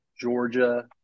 Georgia